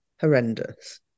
horrendous